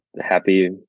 Happy